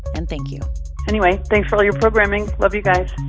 and thank you anyway, thanks for all your programming. love you guys,